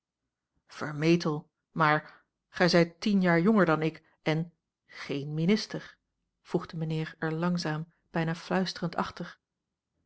vermetel maar gij zijt tien jaar jonger dan ik en geen minister voegde mijnheer er langzaam bijna fluisterend achter